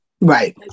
Right